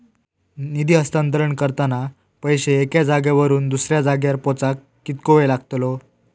निधी हस्तांतरण करताना पैसे एक्या जाग्यावरून दुसऱ्या जाग्यार पोचाक कितको वेळ लागतलो?